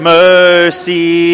mercy